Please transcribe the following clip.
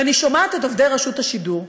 ואני שומעת את עובדי רשות השידור,